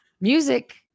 music